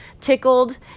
tickled